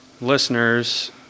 listeners